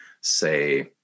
say